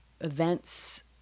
events